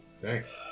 Thanks